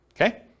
okay